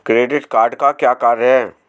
Credit card का क्या कार्य है?